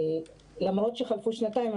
למרות שחלפו שנתיים,